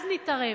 אז נתערב.